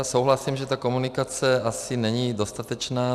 Souhlasím, že ta komunikace asi není dostatečná.